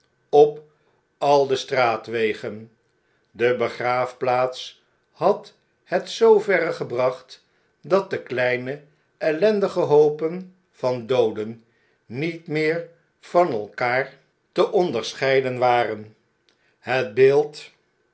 op al de straatwegen de begraafplaats had het zooverre febracht dat de kleine ellendige hoopen van ooden niet meer van elkander te onderscheiden waren het beeld